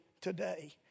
today